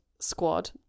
Squad